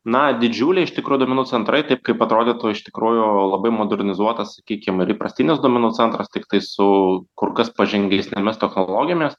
na didžiuliai iš tikro duomenų centrai taip kaip atrodytų iš tikrųjų labai modernizuotas sakykim įprastinis duomenų centras tiktai su kur kas pažengeisnėmis technologėmis